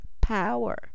power